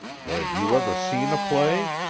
have you ever seen a play?